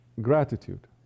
gratitude